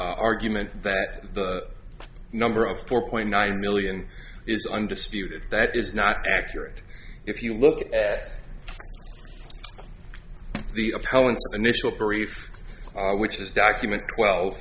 s argument that the number of four point nine million is undisputed that is not accurate if you look at the appellant's initial brief which is document twel